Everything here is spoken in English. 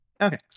Okay